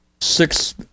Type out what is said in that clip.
six